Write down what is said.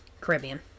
Caribbean